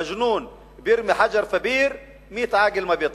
מג'נון בירמי חג'ר פי אלביר מאאת עאקל מא ביטלעוהא,